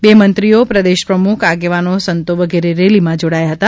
બે મંત્રીઓ પ્રદેશ પ્રમુખ આગેવાનો સંતો વગેરે રેલીમાં જોડાયા હતા